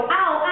ow